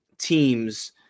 teams